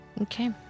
Okay